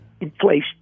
inflation